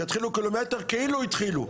שיתחילו קילומטר כאילו התחילו,